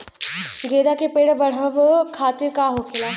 गेंदा का पेड़ बढ़अब खातिर का होखेला?